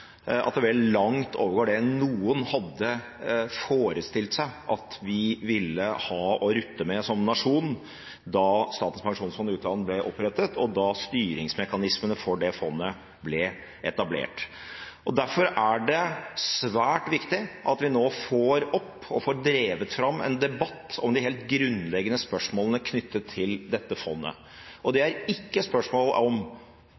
at det vel langt overgår det noen hadde forestilt seg at vi som nasjon ville ha å rutte med da Statens pensjonsfond utland ble opprettet, og da styringsmekanismene for det fondet ble etablert. Derfor er det svært viktig at vi nå får opp og får drevet fram en debatt om de helt grunnleggende spørsmålene knyttet til dette fondet. Og det er ikke spørsmål om